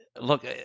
Look